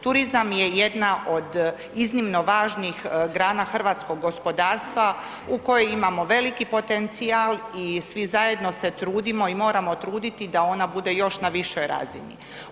Turizam je jedna od iznimno važnih grana hrvatskog gospodarstva u kojoj imamo veliki potencijal i svi zajedno se trudimo i moramo truditi da ona bude još na višoj razini.